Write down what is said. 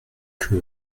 que